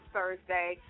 Thursday